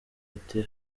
ati